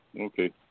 okay